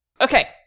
Okay